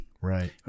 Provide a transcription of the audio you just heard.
Right